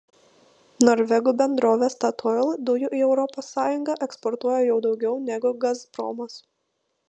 norvegų bendrovė statoil dujų į europos sąjungą eksportuoja jau daugiau negu gazpromas